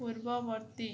ପୂର୍ବବର୍ତ୍ତୀ